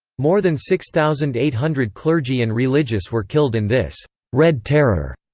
more than six thousand eight hundred clergy and religious were killed in this red terror.